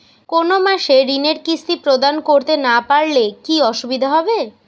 কোনো মাসে ঋণের কিস্তি প্রদান করতে না পারলে কি অসুবিধা হবে?